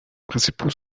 principaux